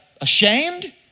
ashamed